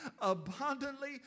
abundantly